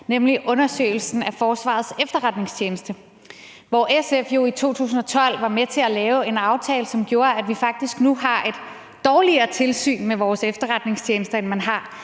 nemlig undersøgelsen af Forsvarets Efterretningstjeneste. SF var jo i 2012 med til at lave en aftale, som gjorde, at vi faktisk nu har et dårligere tilsyn med vores efterretningstjenester, end man har